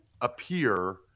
appear